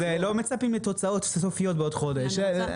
לא מצפים לתוצאות סופיות בעוד חודש.